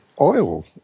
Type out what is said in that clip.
oil